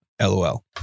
LOL